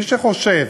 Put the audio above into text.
מי שחושב,